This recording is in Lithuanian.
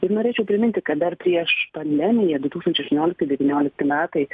ir norėčiau priminti kad dar prieš pandemiją du tūkstančiai aštuoniolikti devyniolikti metai